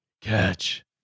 Catch